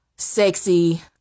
sexy